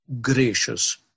gracious